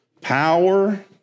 power